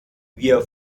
wir